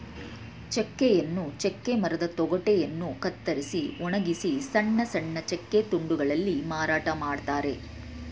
ಚೆಕ್ಕೆಯನ್ನು ಚೆಕ್ಕೆ ಮರದ ತೊಗಟೆಯನ್ನು ಕತ್ತರಿಸಿ ಒಣಗಿಸಿ ಸಣ್ಣ ಸಣ್ಣ ಚೆಕ್ಕೆ ತುಂಡುಗಳಲ್ಲಿ ಮಾರಾಟ ಮಾಡ್ತರೆ